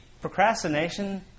procrastination